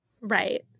Right